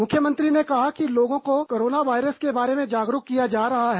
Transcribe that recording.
मुख्यमंत्री ने कहा कि लोगों को कोरोना वायरस के बारे में जागरूक किया जा रहा है